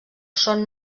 són